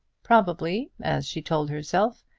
probably, as she told herself,